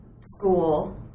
school